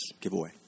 giveaway